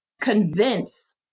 convince